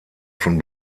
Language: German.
von